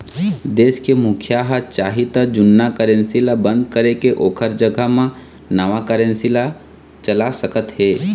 देश के मुखिया ह चाही त जुन्ना करेंसी ल बंद करके ओखर जघा म नवा करेंसी ला चला सकत हे